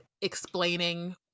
explaining